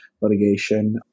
litigation